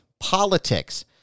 politics